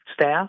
staff